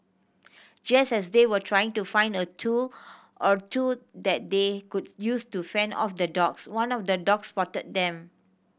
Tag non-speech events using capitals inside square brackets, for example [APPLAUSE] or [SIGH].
just as they were trying to find a tool or two that they could [UNINTELLIGIBLE] use to fend off the dogs one of the dogs spotted them